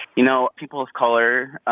you know, people of color,